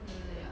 mm